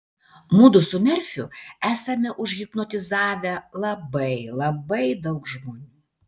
mudu su merfiu esame užhipnotizavę labai labai daug žmonių